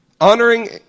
Honoring